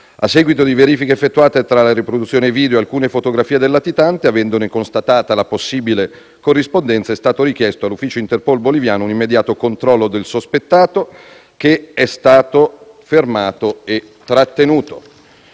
A seguito di verifiche effettuate tra la riproduzione video e alcune fotografie del latitante, e avendone constatata la possibile corrispondenza, è stato richiesto all'ufficio Interpol boliviano un immediato controllo del sospettato, che è stato fermato e trattenuto.